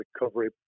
recovery